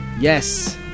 Yes